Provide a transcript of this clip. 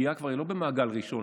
הפגיעה היא כבר לא במעגל ראשון,